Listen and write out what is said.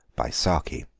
by saki